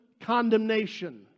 condemnation